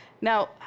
Now